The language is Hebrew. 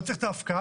לא צריך את ההפקעה,